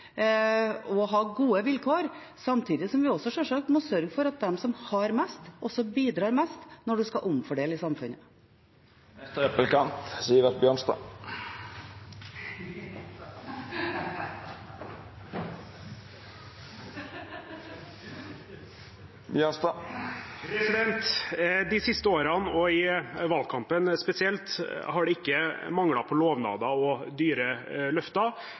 og ha gode vilkår, samtidig som vi også sjølsagt må sørge for at de som har mest, også bidrar mest når man skal omfordele i samfunnet. De siste årene og spesielt i valgkampen har det ikke manglet på lovnader og dyre løfter,